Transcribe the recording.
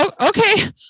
Okay